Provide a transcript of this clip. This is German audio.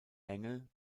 engel